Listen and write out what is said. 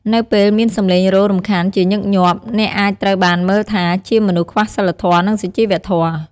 នៅពេលមានសំឡេងរោទ៍រំខានជាញឹកញាប់ អ្នកអាចត្រូវបានមើលថាជាមនុស្សខ្វះសីលធម៌ និងសុជីវធម៌។